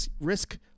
risk